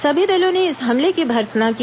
सभी दलों ने इस हमले की भर्त्सना की